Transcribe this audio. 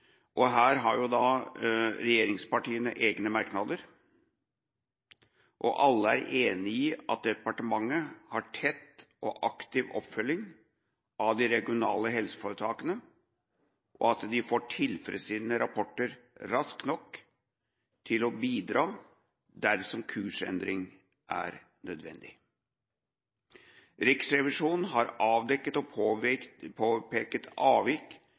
selvfølgelig. Her har regjeringspartiene egne merknader. Alle er enig i at departementet har tett og aktiv oppfølging av de regionale helseforetakene, og at de får tilfredsstillende rapporter raskt nok til å bidra dersom kursendring er nødvendig. Riksrevisjonen har avdekket og påpekt et avvik